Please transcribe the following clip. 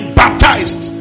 baptized